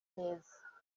neza